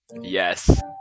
Yes